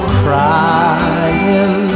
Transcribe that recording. crying